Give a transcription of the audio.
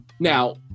Now